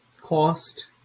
cost